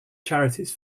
charities